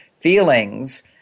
feelings